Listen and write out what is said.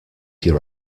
your